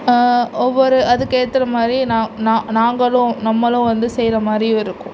ஒவ்வொரு அதுக்கேற்ற மாதிரி நான் நான் நாங்களும் நம்மளும் வந்து செய்கிற மாதிரியும் இருக்கும்